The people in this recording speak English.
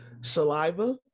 saliva